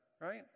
right